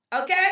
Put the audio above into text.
Okay